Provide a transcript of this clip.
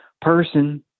person